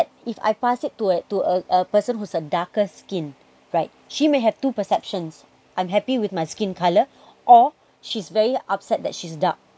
if I pass it to a to a a person who's a darker skin right she may have two perceptions I'm happy with my skin colour or she's very upset that she's dark